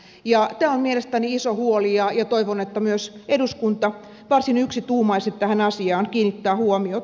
tämä on mielestäni iso huoli ja toivon että myös eduskunta varsin yksituumaisesti tähän asiaan kiinnittää huomiota